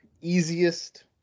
easiest